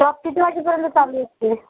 shop किती वाजेपर्यंत चालू असते